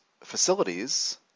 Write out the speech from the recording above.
facilities